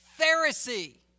Pharisee